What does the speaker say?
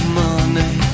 money